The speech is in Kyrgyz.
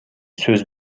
сөз